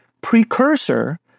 precursor